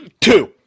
two